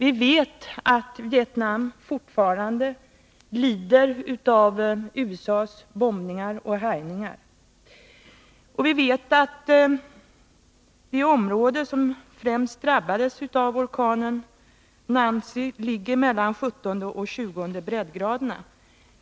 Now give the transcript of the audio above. Vi vet att Vietnam fortfarande lider av USA:s bombningar och härjningar. Vi vet att det område som främst drabbades av orkanen Nancy ligger mellan 17 och 20 breddgraderna,